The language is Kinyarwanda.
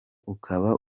ukaba